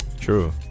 True